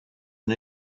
and